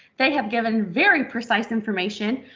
they have given very precise information.